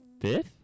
fifth